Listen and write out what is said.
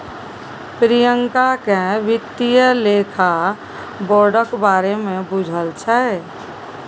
प्रियंका केँ बित्तीय लेखा बोर्डक बारे मे बुझल छै